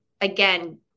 again